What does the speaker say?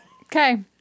Okay